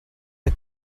der